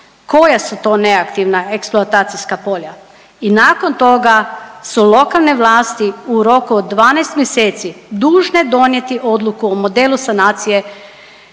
koja su to neaktivna eksploatacijska polja i nakon toga su lokalne vlasti u roku od 12 mjeseci dužne donijeti odluku o modelu sanacije